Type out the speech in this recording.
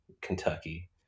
Kentucky